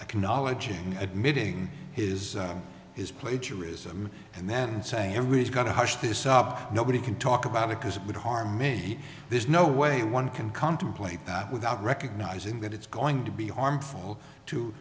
jane admitting his is plagiarism and then saying every he's got to hush this up nobody can talk about it because it would harm me there's no way one can contemplate that without recognizing that it's going to be harmful to